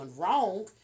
wrong